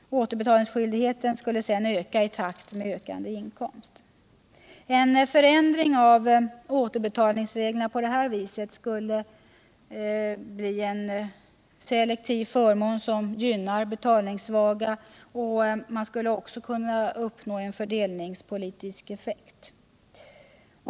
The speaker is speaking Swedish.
Återbetalningsskyldigheten ökar sedan i takt med ökande inkomst. Förändring av återbetalningsreglerna på detta sätt skulle därmed bli en selektiv förmån som gynnar betalningssvaga och man skulle också kunna uppnå en fördelningspolitisk effekt.